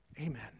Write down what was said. Amen